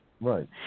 Right